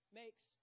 makes